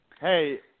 Hey